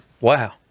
wow